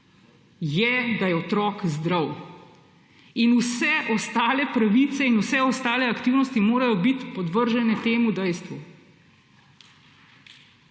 je, da je otrok zdrav. In vse ostale pravice in vse ostale aktivnosti morajo biti podvržene temu dejstvu.